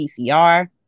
PCR